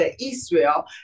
Israel